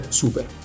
super